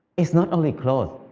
it's not only clothes,